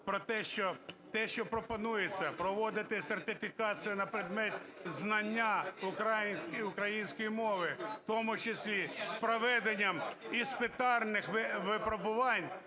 те, що пропонується проводити сертифікацію на предмет знання української мови, в тому числі з проведенням іспитарних випробувань,